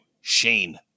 Shane